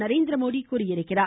நரேந்திரமோடி தெரிவித்துள்ளார்